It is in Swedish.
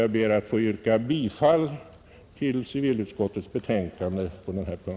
Jag ber att få yrka bifall till civilutskottets hemställan.